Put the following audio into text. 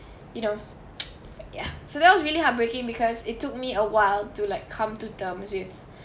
you know ya so that was really heartbreaking because it took me a while to like come to terms with